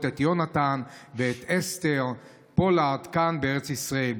את יונתן ואת אסתר פולארד כאן בארץ ישראל.